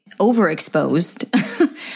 overexposed